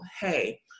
hey